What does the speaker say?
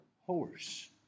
horse